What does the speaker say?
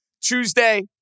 Tuesday